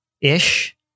ish